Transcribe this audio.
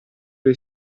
dei